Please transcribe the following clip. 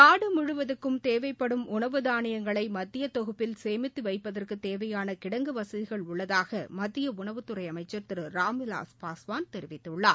நாடு முழுவதுக்கும் தேவைப்படும் உணவு தானியங்களை மத்திய தொகுப்பில் சேமித்து வைப்பதற்கு தேவையான கிடங்கு வசதிகள் உள்ளதாக மத்திய உணவுத்துறை அமைச்சர் திரு ராம்விலாஸ் பாஸ்வான் தெரிவித்துள்ளார்